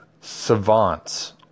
savants